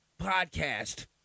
podcast